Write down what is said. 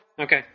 Okay